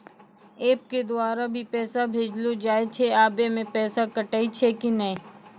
App के द्वारा भी पैसा भेजलो जाय छै आबै मे पैसा कटैय छै कि नैय?